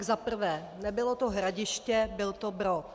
Za prvé, nebylo to Hradiště, byl to Brod.